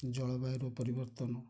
ଜଳବାୟୁର ପରିବର୍ତ୍ତନ